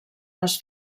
les